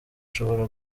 ashobora